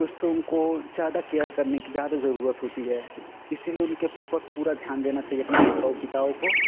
उसपर उनको ज़्यादा केयर करने की ज़्यादा जरूरत होती है इसीलिए उनके ऊपर पूरा ध्यान देना चाहिए अपने माताओं और पिताओं को